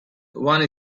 one